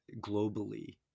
globally